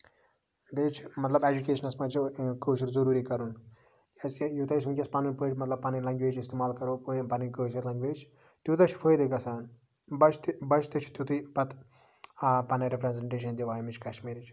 بیٚیہِ چھُ مطلب اٮ۪جوٗکیشنَس منٛز چھُ کٲشُر ضروٗری کَرُن کیازِ کہِ یوٗتاہ أسۍ وٕنکیٚس پَنٕنۍ پٲٹھۍ مطلب پَنٕنۍ لنگویج اِستعمال کرو پَنٕنۍ کٲشِر لنگویج تیوٗتاہ چھُ فٲیدٕ گژھان بَچہٕ تہِ بچہٕ تہِ چھِ تیُتھُے پَتہٕ آ پَنٕنۍ رِپریزینٹیشَن دِوان اَمِچ کَشمیٖرِیِچ